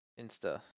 Insta